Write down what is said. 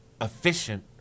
efficient